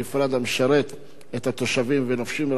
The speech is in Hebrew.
המשרת את התושבים ונופשים רבים,